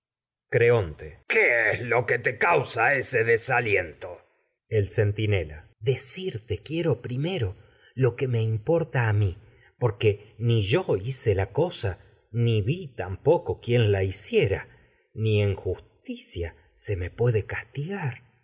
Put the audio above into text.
qué es lo que te causa ese desaliento centinela decirte quiero la primero cosa lo que me importa a míporque ni yo hice justicia me se ni vi tampoco quien la hiciera ni en me puede castigar